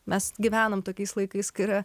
mes gyvenam tokiais laikais kai yra